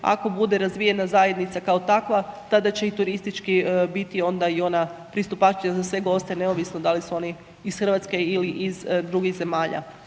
ako bude razvijena zajednica, kao takva, tada će i turistički biti onda i ona pristupačnija za sve goste, neovisno da li su oni iz Hrvatske ili iz drugih zemalja.